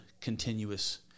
continuous